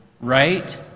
Right